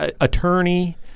attorney